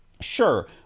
Sure